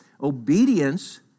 obedience